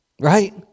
Right